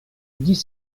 dix